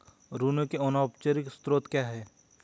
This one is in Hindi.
ऋण के अनौपचारिक स्रोत क्या हैं?